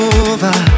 over